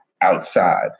outside